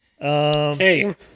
Hey